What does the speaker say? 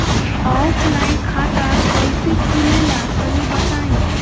Offline खाता कइसे खुले ला तनि बताई?